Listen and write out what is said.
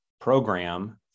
program